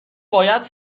باید